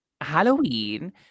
Halloween